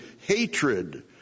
hatred